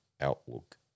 outlook